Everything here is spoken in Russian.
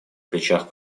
плечах